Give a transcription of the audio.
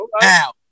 now